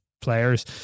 players